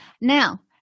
now